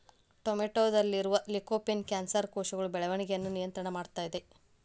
ಟೊಮೆಟೊದಲ್ಲಿರುವ lycopene cancer ಕೋಶಗಳ ಬೆಳವಣಿಗಯನ್ನ ನಿಯಂತ್ರಣ ಮಾಡ್ತೆತಿ